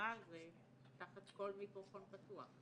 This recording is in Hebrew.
שמצהירה על זה תחת כל מיקרופון פתוח.